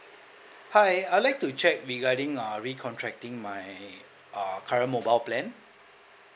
hi I would like to check regarding uh recontracting my uh current mobile plan